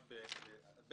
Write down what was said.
(שקף: אחוז האקדמאים בקרב מורים).